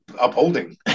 upholding